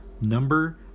number